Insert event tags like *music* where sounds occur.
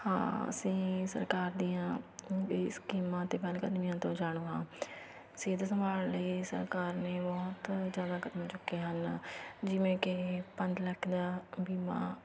ਹਾਂ ਅਸੀਂ ਸਰਕਾਰ ਦੀਆਂ ਬੇ ਸਕੀਮਾਂ ਤੋਂ *unintelligible* ਜਾਣੂ ਹਾਂ ਸਿਹਤ ਸੰਭਾਲ ਲਈ ਸਰਕਾਰ ਨੇ ਬਹੁਤ ਜਿਆਦਾ ਕਦਮ ਚੁੱਕੇ ਹਨ ਜਿਵੇਂ ਕਿ ਪੰਜ ਲੱਖ ਦਾ ਬੀਮਾ